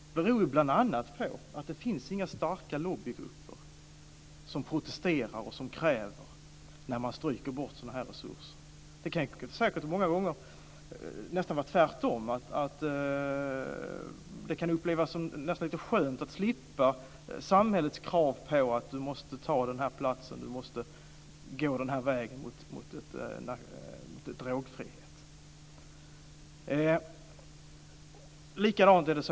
Det beror bl.a. på att det inte finns några starka lobbygrupper som protesterar och kräver när sådana här resurser stryks. Det kan många gånger nästan vara tvärtom, att det upplevs som lite skönt att slippa samhällets krav på att man måste ta en plats, måste gå vägen mot drogfrihet.